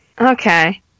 Okay